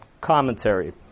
commentary